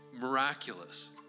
Miraculous